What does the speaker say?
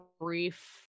brief